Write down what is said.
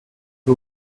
pas